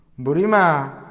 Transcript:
Burima